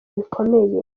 bikomeye